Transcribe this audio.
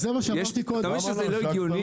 זה מה שאמרתי קודם -- אתה מבין שזה לא הגיוני?